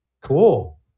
cool